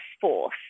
force